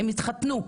הם התחתנו.